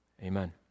Amen